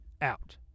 out